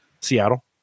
Seattle